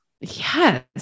Yes